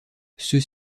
ceux